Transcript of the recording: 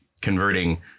converting